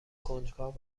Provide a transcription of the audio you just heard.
کنجکاو